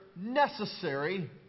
necessary